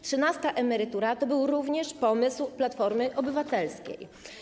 Trzynasta emerytura to był również pomysł Platformy Obywatelskiej.